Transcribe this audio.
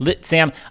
Sam